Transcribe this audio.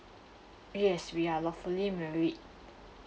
yes we are lawfully married